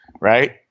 Right